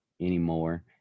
anymore